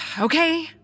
Okay